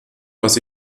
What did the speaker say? was